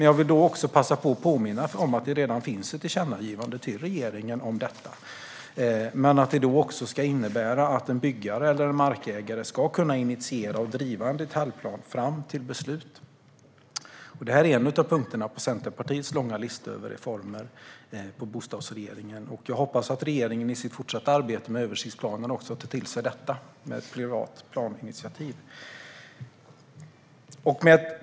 Jag vill passa på att påminna om att det finns ett tillkännagivande till regeringen om detta men att det då ska innebära att en byggare eller en markägare ska kunna initiera och driva en detaljplan fram till beslut. Detta är en av punkterna i Centerpartiets långa lista över reformer på bostadsområdet. Jag hoppas att regeringen i sitt fortsatta arbete med översiktsplaner tar till sig det privata planinitiativet.